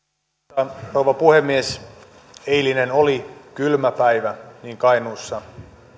arvoisa rouva puhemies eilinen oli kylmä päivä niin kainuussa